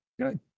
Good